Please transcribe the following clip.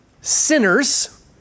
sinners